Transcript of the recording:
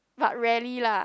but rarely lah